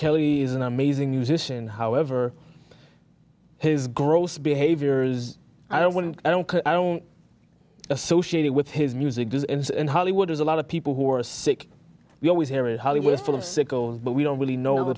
kelly and amazing musician however his gross behavior is i don't want to i don't i don't associate it with his music does in hollywood is a lot of people who are sick you always hear it hollywood is full of sickos but we don't really know the